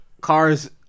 cars